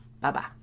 Bye-bye